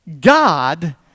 God